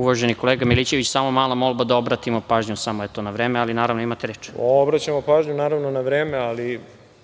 Uvaženi kolega Milićeviću, samo mala molba da obratimo pažnju na vreme, ali naravno imate reč. **Đorđe Milićević** Obraćamo pažnju naravno na vreme, ali